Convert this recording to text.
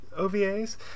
OVAs